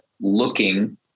looking